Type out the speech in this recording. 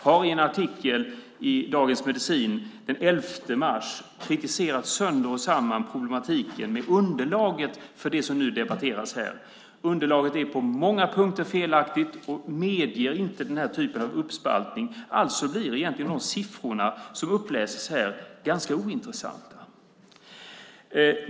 Han har i en artikel i Dagens Medicin den 11 mars kritiserat sönder och sammman problematiken med underlaget för det som nu debatteras här. Underlaget är på många punkter felaktigt och medger inte denna typ av uppspaltning. Alltså blir de siffror som läses upp här ganska ointressanta.